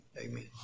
Amen